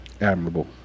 Admirable